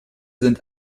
sind